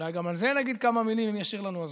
ואולי גם על זה נגיד כמה מילים אם יאפשר לנו הזמן.